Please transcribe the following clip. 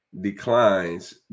declines